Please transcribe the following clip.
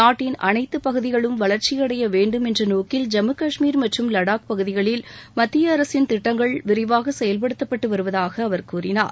நாட்டின் அனைத்து பகுதிகளும் வளர்ச்சியடைய வேண்டும் என்ற நோக்கில் ஜம்மு கஷ்மீர் மற்றும் லடாக் பகுதிகளில் மத்திய அரசின் திட்டங்கள் விரிவாக செயல்படுத்தப்பட்டு வருவதாக அவர் கூறினார்